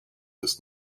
ist